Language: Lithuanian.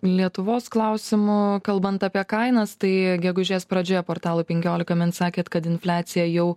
lietuvos klausimų kalbant apie kainas tai gegužės pradžioje portalui penkiolika min sakėt kad infliacija jau